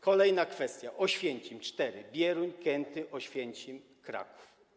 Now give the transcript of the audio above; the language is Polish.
Kolejna kwestia, Oświęcim - cztery: Bieruń, Kęty, Oświęcim, Kraków.